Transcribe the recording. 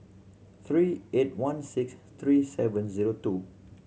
three eight one six three seven zero two